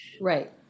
Right